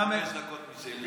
חמש דקות משלי.